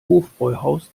hofbräuhaus